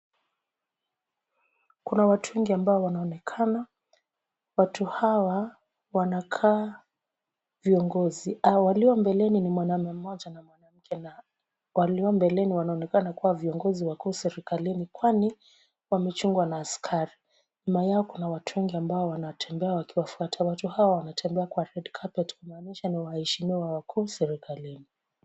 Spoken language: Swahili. Kuna watu wengi ambao wanaonekana watu hawa. Wanakaa viongozi au waliombeleni ni mwanaume mmoja namwanamke mmoja. Waliombeleni wanaonekana kuwa viongozi wa kuhusu serikalini, kwani wamechungwa na askari nyuma yao na watu wengi ambao wanatembea wakiwafuata watu hawa wanatembea kwa red carpet wameonyesha ni waheshimiwa wakuu serikalini.